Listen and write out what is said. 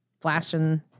flashing